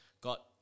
Got